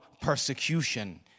persecution